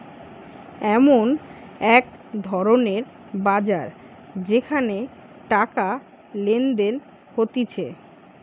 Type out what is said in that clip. এমন এক ধরণের বাজার যেখানে টাকা লেনদেন হতিছে